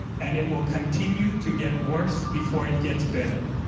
and it will continue to get worse before it gets better.